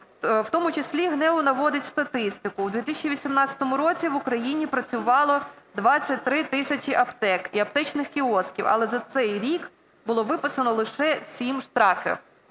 В тому числі ГНЕУ наводить статистику. У 2018 році в Україні працювало 23 тисячі аптек і аптечних кіосків, але за цей рік було виписано лише сім штрафів.